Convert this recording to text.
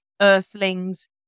Earthlings